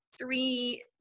three